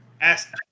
ask